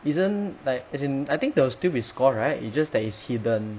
isn't like as in I think there will still be score right it just that it's hidden